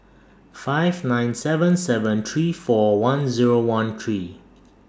five nine seven seven three four one Zero one three